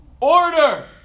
Order